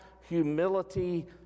humility